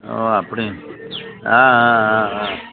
ஓ அப்படி ஆ ஆ ஆ ஆ